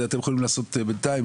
אתם יכולים לעשות את זה בינתיים.